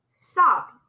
stop